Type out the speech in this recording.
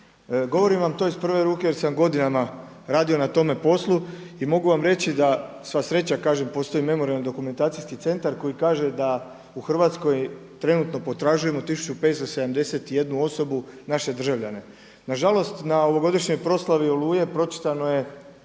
Govorim vam to iz prve ruke jer sam godinama radio na tome poslu i mogu vam reći da sva sreća, kažem postoji memorijalni-dokumentacijski centar koji kaže da u Hrvatskoj trenutno potražujemo 1571 osobu naše državljane. Nažalost na ovogodišnjoj proslavi Oluje pročitano je